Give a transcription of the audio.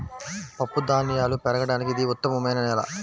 పప్పుధాన్యాలు పెరగడానికి ఇది ఉత్తమమైన నేల